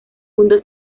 mundo